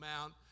Mount